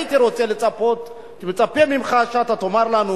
הייתי מצפה ממך שאתה תאמר לנו,